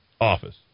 office